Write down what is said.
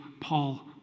Paul